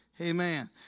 Amen